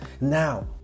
now